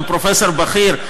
גם פרופסור בכיר,